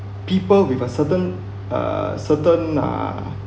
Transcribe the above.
people with a certain uh certain nah